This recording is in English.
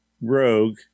rogue